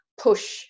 push